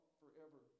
forever